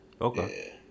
Okay